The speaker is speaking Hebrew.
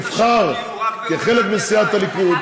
נבחר כחלק מסיעת הליכוד.